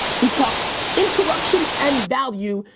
we talk interruption and value,